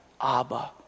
Abba